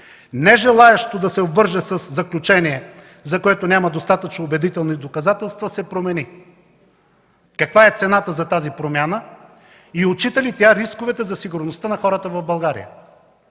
нежелаещо да се обвърже със заключение, за което няма достатъчно убедителни доказателства, се промени? Каква е цената за тази промяна и отчита ли тя рисковете за сигурността на хората в България?